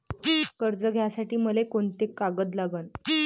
कर्ज घ्यासाठी मले कोंते कागद लागन?